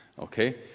okay